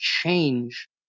change